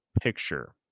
picture